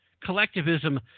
Collectivism